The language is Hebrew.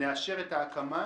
לאשר את ההקמה.